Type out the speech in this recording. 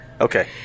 Okay